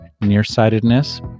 nearsightedness